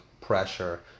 pressure